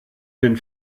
den